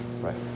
Right